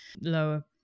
lower